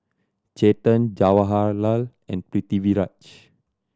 Chetan Jawaharlal and Pritiviraj